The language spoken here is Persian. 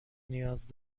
نیاز